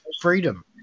freedom